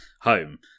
home